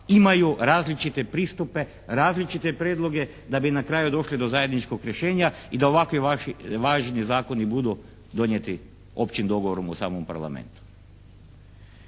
imaju različite pristupe, različite prijedloge da bi na kraju došli do zajedničkog rješenja i da ovakvi važni zakoni budu donijeti općim dogovorom u samom Parlamentu.